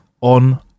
on